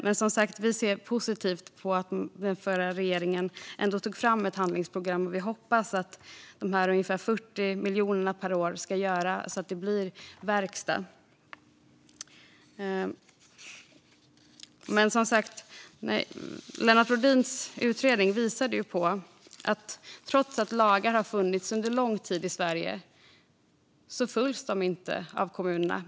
Men vi ser som sagt positivt på att den förra regeringen ändå tog fram ett handlingsprogram och hoppas att de ungefär 40 miljonerna per år ska leda till att det blir verkstad. Lennart Rohdins utredning visade som sagt att kommunerna inte följer lagarna, trots att de har funnits under lång tid i Sverige.